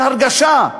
של הרגשה,